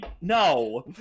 no